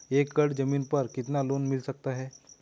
एक एकड़ जमीन पर कितना लोन मिल सकता है?